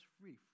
free